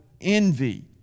envy